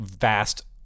vast